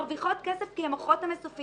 שמרוויחות כסף כי הן מוכרות את המסופים,